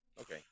okay